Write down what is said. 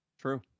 true